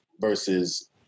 versus